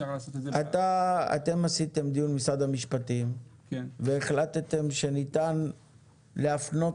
אתם עשיתם דיון במשרד המשפטים והחלטתם שניתן להפנות